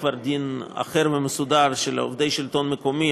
קיים דין אחר ומסודר: עובדי השלטון המקומי,